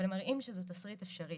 אבל הם מראים שזה תסריט אפשרי